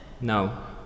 No